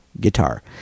guitar